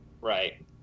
Right